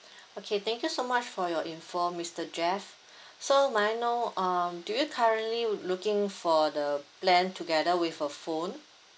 okay thank you so much for your info mister jeff so may I know um do you currently looking for the plan together with a phone